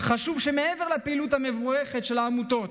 חשוב שמעבר לפעילות המבורכת של העמותות,